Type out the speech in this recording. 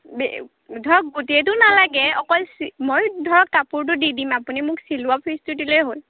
ধৰক গোটেইটো নালাগে অকল চি মই ধৰক কাপোৰটো দি দিম আপুনি মোক চিলোৱা ফিচটো দিলেই হ'ল